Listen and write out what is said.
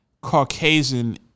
Caucasian